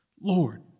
Lord